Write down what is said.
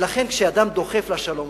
ולכן כשאדם דוחף לשלום,